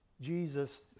Jesus